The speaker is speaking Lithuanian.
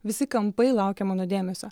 visi kampai laukia mano dėmesio